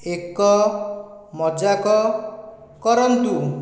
ଏକ ମଜାକ କରନ୍ତୁ